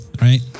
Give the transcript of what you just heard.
right